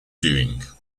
doing